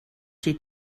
she